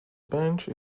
bench